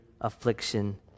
affliction